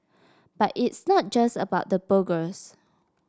but it's not just about the burgers